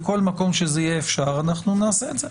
בכל מקום שזה יהיה אפשר, אנחנו נעשה את זה.